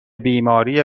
بیماری